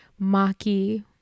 Maki